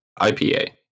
IPA